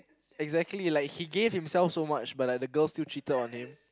exactly like he gave himself so much but like the girl still cheated on him